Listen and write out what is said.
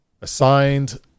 assigned